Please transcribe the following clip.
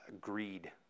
greed